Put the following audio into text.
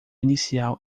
inicial